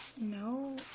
No